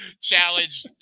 challenge